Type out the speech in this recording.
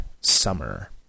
Summer